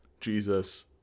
Jesus